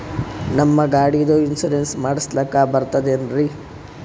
ನಮ್ಮ ಗಾಡಿದು ಇನ್ಸೂರೆನ್ಸ್ ಮಾಡಸ್ಲಾಕ ಬರ್ತದೇನ್ರಿ?